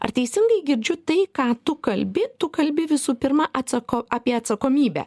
ar teisingai girdžiu tai ką tu kalbi tu kalbi visų pirma atsako apie atsakomybę